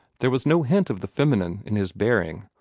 there was no hint of the feminine in his bearing,